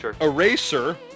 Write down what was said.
Eraser